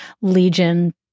legion